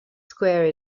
square